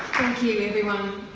thank you everyone,